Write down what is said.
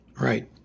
right